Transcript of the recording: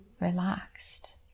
relaxed